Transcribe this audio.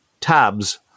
tabs